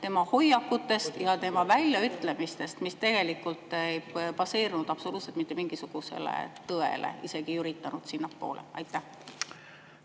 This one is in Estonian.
tema hoiakutest ja tema väljaütlemistest, mis tegelikult ei baseerunud absoluutselt mitte mingisugusel tõel, ta isegi ei üritanud sinnapoole